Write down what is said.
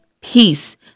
peace